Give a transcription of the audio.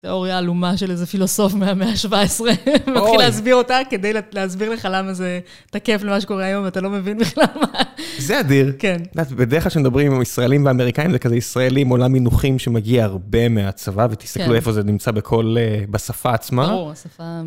תיאוריה עלומה של איזה פילוסוף מהמאה ה-17. הוא מתחיל להסביר אותה כדי להסביר לך למה זה תקף למה שקורה היום, ואתה לא מבין בכלל מה. זה אדיר. כן. בדרך כלל כשמדברים עם ישראלים ואמריקאים, זה כזה ישראלים עולם מינוחים שמגיע הרבה מהצבא, ותסתכלו איפה זה נמצא בכל... בשפה עצמה. או, השפה...